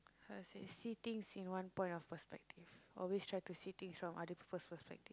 how to say see things in one point of perspective always try to see things from other people's perspective